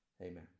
amen